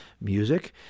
music